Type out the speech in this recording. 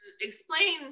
explain